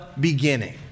Beginning